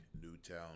Newtown